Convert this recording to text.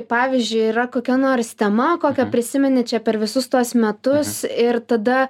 pavyzdžiui yra kokia nors tema kokią prisimeni čia per visus tuos metus ir tada